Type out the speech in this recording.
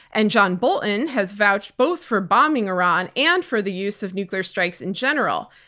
and john bolton has vouched both for bombing iran and for the use of nuclear strikes in general.